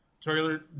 trailer